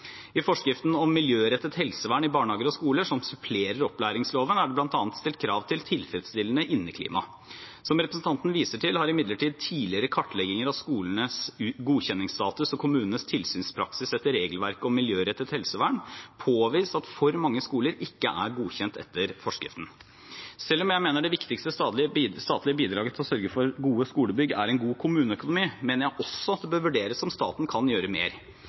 I forskriften om miljørettet helsevern i barnehager og skoler, som supplerer opplæringsloven, er det bl.a. stilt krav til tilfredsstillende inneklima. Som representanten viser til, har imidlertid tidligere kartlegginger av skolenes godkjenningsstatus og kommunenes tilsynspraksis etter regelverket om miljørettet helsevern påvist at for mange skoler ikke er godkjent etter forskriften. Selv om jeg mener det viktigste statlige bidraget til å sørge for gode skolebygg er en god kommuneøkonomi, bør det også vurderes om staten kan gjøre mer.